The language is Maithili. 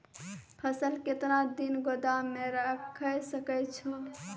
फसल केतना दिन गोदाम मे राखै सकै छौ?